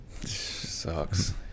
Sucks